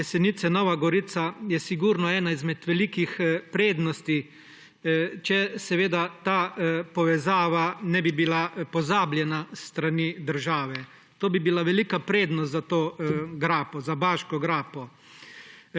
Jesenice–Nova Gorica je sigurno ena izmed velikih prednosti, če seveda ta povezava ne bi bila pozabljena s strani države. To bi bila velika prednost za Baško grapo.